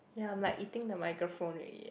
ya I'm like eating the microphone already eh